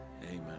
amen